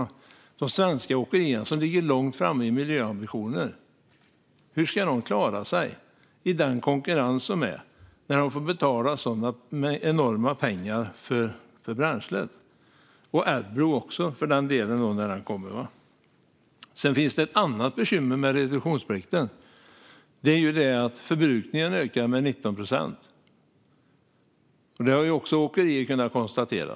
Hur ska de svenska åkerierna, som ligger långt fram när det gäller miljöambitioner, klara sig i den konkurrens som råder när de får betala sådana enorma summor för bränslet och även för Adblue? Det finns också ett annat bekymmer med reduktionsplikten: Förbrukningen ökar med 19 procent. Det har åkerier också kunnat konstatera.